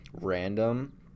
random